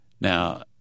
Now